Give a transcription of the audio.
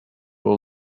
will